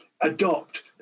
adopt